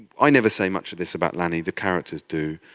i never say much of this about lanny, the characters do.